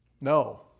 No